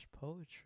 poetry